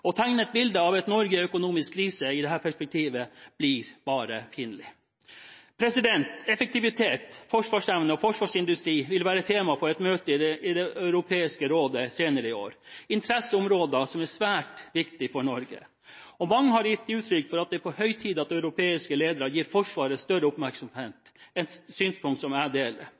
Å tegne et bilde av et Norge i økonomisk krise – ut fra dette perspektivet – blir bare pinlig. Effektivitet, forsvarsevne og forsvarsindustri vil være tema på et møte i Det europeiske råd senere i år, interesseområder som er svært viktige for Norge. Mange har gitt uttrykk for at det er på høy tid at europeiske ledere gir Forsvaret større oppmerksomhet, et synspunkt som jeg deler.